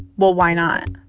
well, why not?